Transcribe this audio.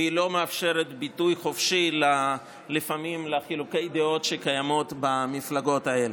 ולפעמים היא לא מאפשרת ביטוי חופשי לחילוקי הדעות שקיימים במפלגות האלה.